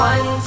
One